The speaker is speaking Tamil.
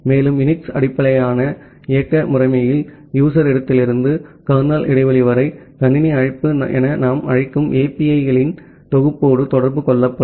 மேலும் யுனிக்ஸ் அடிப்படையிலான இயக்க முறைமையில் யூசர் இடத்திலிருந்து கர்னல் இடைவெளி வரை கணினி அழைப்பு என நாம் அழைக்கும் API களின் தொகுப்போடு தொடர்பு கொள்ளப்படும்